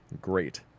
great